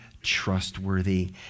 trustworthy